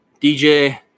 DJ